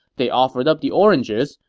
they offered up the oranges,